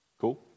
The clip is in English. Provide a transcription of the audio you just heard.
cool